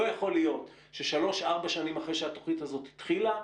לא יכול להיות ששלוש-ארבע שנים אחרי שהתוכנית הזאת התחילה,